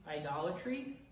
idolatry